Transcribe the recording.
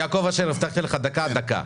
יעקב אשר, הבטחתי לך דקה דקה.